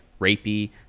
rapey